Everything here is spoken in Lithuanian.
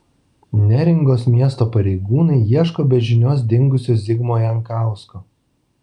neringos miesto pareigūnai ieško be žinios dingusio zigmo jankausko